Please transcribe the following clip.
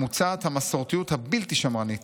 מוצעת המסורתיות הבלתי-שמרנית,